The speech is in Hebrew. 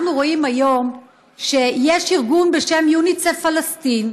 אנחנו רואים היום שיש ארגון בשם יוניסף פלסטין,